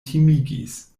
timigis